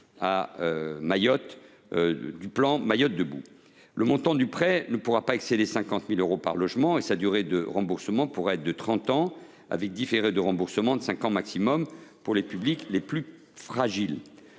ministre du plan Mayotte debout. Le montant du prêt ne pourra pas excéder 50 000 euros par logement et sa durée de remboursement pourra être de trente ans, avec un différé de remboursement de cinq ans maximum pour les publics les plus fragiles.